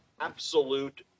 absolute